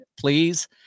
please